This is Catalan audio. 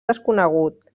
desconegut